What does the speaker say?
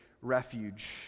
refuge